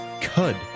cud